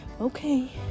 Okay